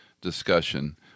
discussion